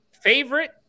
Favorite